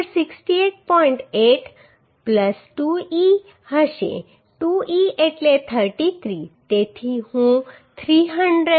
8 2 e હશે 2 e એટલે 33 તેથી હું 334